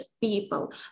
people